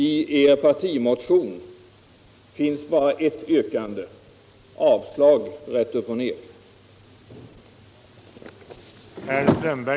I er partimotion finns bara ett yrkande och det är avslag rätt upp och ner.